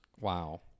Wow